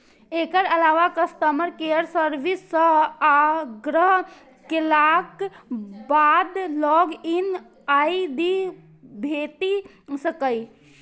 एकर अलावा customer care service सं आग्रह केलाक बाद लॉग इन आई.डी भेटि सकैए